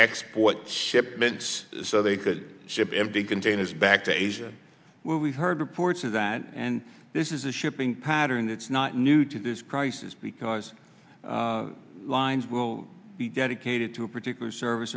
export shipments so they could ship empty containers back to asia where we've heard reports of that and this is a shipping pattern that's not new to this crisis because lines will be dedicated to a particular service